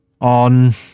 on